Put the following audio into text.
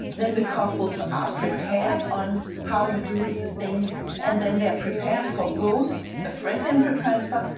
then the couples are prepared on how you do the things and then they are prepared for both a fresh embryo transfer,